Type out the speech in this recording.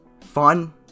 fun